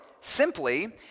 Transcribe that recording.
simply